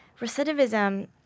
recidivism